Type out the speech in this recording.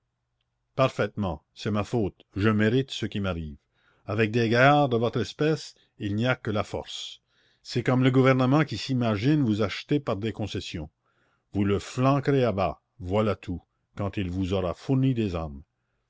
parfaitement c'est ma faute je mérite ce qui m'arrive avec des gaillards de votre espèce il n'y a que la force c'est comme le gouvernement qui s'imagine vous acheter par des concessions vous le flanquerez à bas voilà tout quand il vous aura fourni des armes